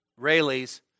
Rayleighs